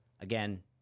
Again